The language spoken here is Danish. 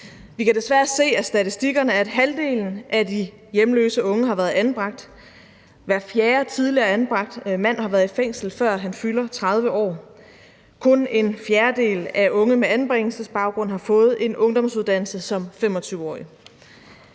Vi kan desværre se af statistikkerne, at halvdelen af de hjemløse unge har været anbragt, hver fjerde tidligere anbragte mand har været i fængsel, før han fylder 30 år, og kun en fjerdedel af unge med anbringelsesbaggrund har fået en ungdomsuddannelse som 25-årig.